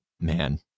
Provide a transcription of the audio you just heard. man